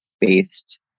based